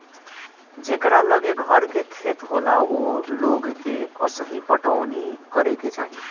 जेकरा लगे घर के खेत होला ओ लोग के असही पटवनी करे के चाही